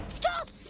stop!